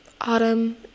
autumn